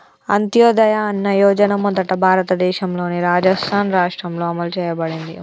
అంత్యోదయ అన్న యోజన మొదట భారతదేశంలోని రాజస్థాన్ రాష్ట్రంలో అమలు చేయబడింది